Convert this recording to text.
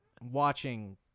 watching